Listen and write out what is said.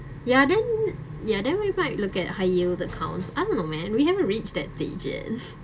ya then ya then we might look at high yield accounts I don't know man we haven't reach that stage yet